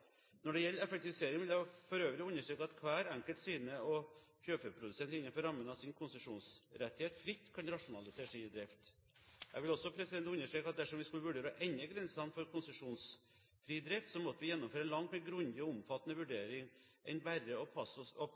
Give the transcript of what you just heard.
Når det gjelder effektivisering, vil jeg for øvrig understreke at hver enkelt svine- og fjørfeprodusent innenfor rammen av sin konsesjonsrettighet, fritt kan rasjonalisere sin drift. Jeg vil også understreke at dersom vi skulle vurdere å endre grensene for konsesjonsfri drift, så måtte vi gjennomføre en langt mer grundig og omfattende vurdering enn bare å basere oss